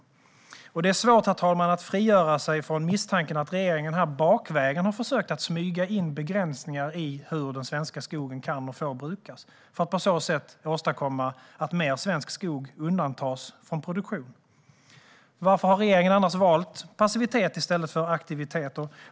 Det är svårt, herr talman, att frigöra sig från misstanken att regeringen bakvägen har försökt smyga in begränsningar för hur den svenska skogen kan och får brukas, för att på så sätt åstadkomma att mer svensk skog undantas från produktion. Varför har regeringen annars valt passivitet i stället för aktivitet?